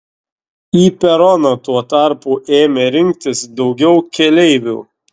į peroną tuo tarpu ėmė rinktis daugiau keleivių